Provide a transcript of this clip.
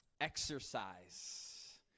exercise